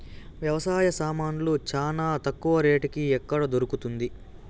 వ్యవసాయ సామాన్లు చానా తక్కువ రేటుకి ఎక్కడ దొరుకుతుంది?